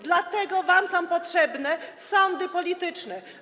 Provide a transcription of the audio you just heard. Dlatego są wam potrzebne sądy polityczne.